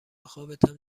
خوابتم